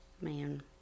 Man